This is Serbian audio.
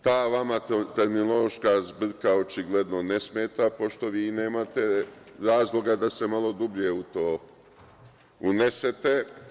Ta terminološka zbrka očigledno ne smeta pošto vi i nemate razloga da se malo dublje u to unesete.